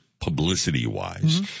publicity-wise